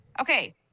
Okay